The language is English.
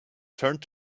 turned